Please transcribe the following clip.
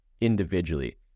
individually